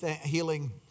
healing